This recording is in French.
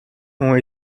ont